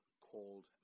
called